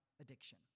addiction